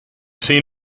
seen